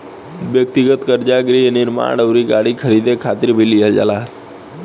ब्यक्तिगत कर्जा गृह निर्माण अउरी गाड़ी खरीदे खातिर भी लिहल जाला